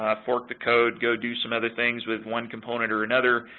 fork the code, go do some other things with one component or another,